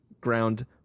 ground